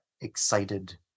excited